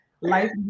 life